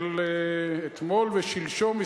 אתמול ושלשום,